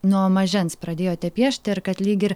nuo mažens pradėjote piešti ir kad lyg ir